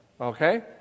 Okay